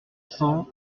cents